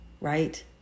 Right